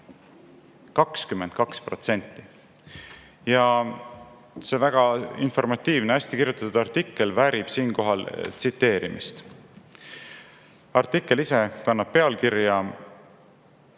22%. See väga informatiivne, hästi kirjutatud artikkel väärib siinkohal tsiteerimist. Artikkel ise kannab pealkirja